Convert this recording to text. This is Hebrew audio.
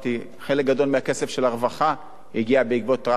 חלק גדול מהכסף של הרווחה הגיע בעקבות טרכטנברג.